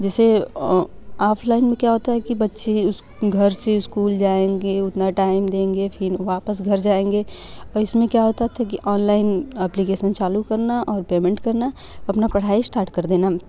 जैसे आफलाईन क्या होता है कि बच्चे घर से स्कूल जाएँगे उतना टाइम देंगे फिर वापस घर जायेंगे और इसमें क्या होता था कि ऑनलाईन एप्लिकाशन चालू करना पेमेंट करना अपना पढ़ाई स्टार्ट कर देना